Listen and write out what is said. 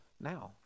now